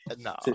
No